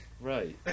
Right